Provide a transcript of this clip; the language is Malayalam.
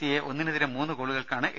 സിയെ ഒന്നിനെതിരെ മൂന്ന് ഗോളുകൾക്കാണ് എ